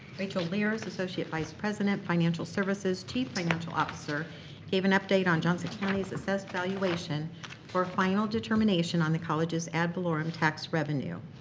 rachel leers, associate vice president financial services, chief financial officer gave an update on johnson county's assessed valuation valuation for final determination on the college's ad valorum tax revenue.